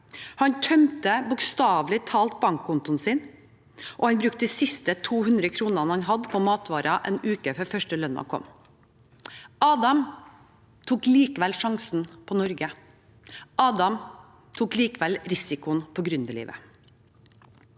Han tømte bokstavelig talt bankkontoen sin, og han brukte de siste 200 kronene han hadde, på matvarer – en uke før den første lønnen kom. Adam tok likevel sjansen på Norge. Adam tok likevel risikoen på gründerlivet.